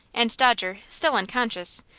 and dodger, still unconscious,